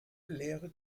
leere